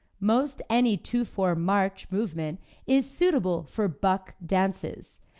most any two four march movement is suitable for buck dances,